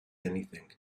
anything